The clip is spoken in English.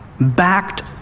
backed